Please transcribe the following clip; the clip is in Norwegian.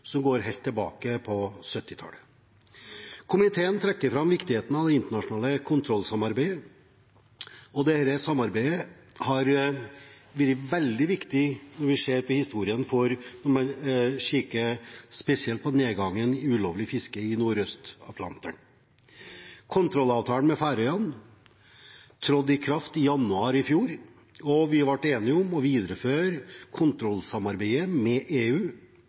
det går helt tilbake til 1970-tallet. Komiteen trekker fram viktigheten av det internasjonale kontrollsamarbeidet. Dette samarbeidet har vært veldig viktig når vi ser på historien, spesielt når man ser på nedgangen i ulovlig fiske i Nordøst-Atlanteren. Kontrollavtalen med Færøyene trådte i kraft i januar i fjor, og vi ble enige om å videreføre kontrollsamarbeidet med EU